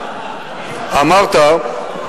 מה הם אומרים?